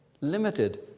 limited